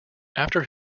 after